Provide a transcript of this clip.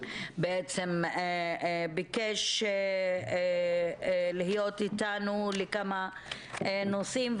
הוא בעצם ביקש להיות אתנו לכמה נושאים.